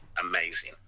amazing